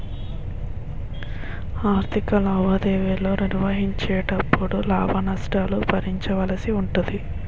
ఆర్ధిక లావాదేవీలు నిర్వహించేటపుడు లాభ నష్టాలను భరించవలసి ఉంటాది